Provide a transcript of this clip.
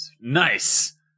Nice